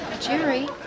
Jerry